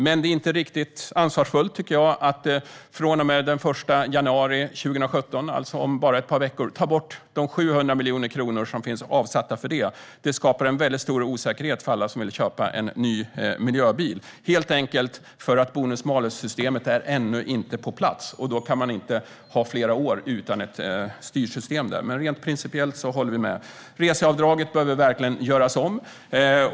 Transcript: Men det är inte riktigt ansvarsfullt att från och med den 1 januari 2017, alltså om bara ett par veckor, ta bort de 700 miljoner kronor som finns avsatta för det. Det skapar en stor osäkerhet för alla som vill köpa en ny miljöbil, helt enkelt därför att bonus-malus-systemet ännu inte är på plats. Då kan man inte ha flera år utan ett styrsystem, men rent principiellt håller vi med. Reseavdraget behöver verkligen göras om.